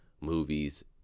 movies